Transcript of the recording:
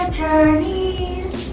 journeys